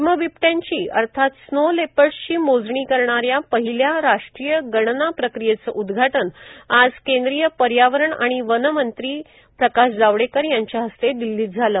हिम बिबट्यांची अर्थात स्नो लेपर्डसची मोजणी करणाऱ्या पहिल्या राष्ट्रीय गणना प्रक्रियेचं उद्घाटन आज केंद्रीय पर्यावरण वन आणि वातावरण बदल मंत्री प्रकाश जावडेकर यांच्या हस्ते दिल्लीत झालं